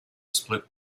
split